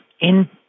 in-